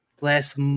last